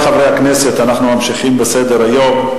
חברי חברי הכנסת, אנחנו ממשיכים בסדר-היום: